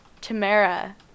Tamara